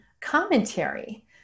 commentary